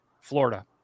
Florida